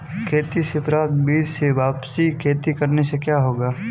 खेती से प्राप्त बीज से वापिस खेती करने से क्या होगा?